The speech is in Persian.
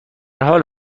حال